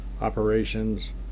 operations